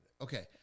Okay